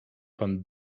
pan